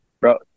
Bro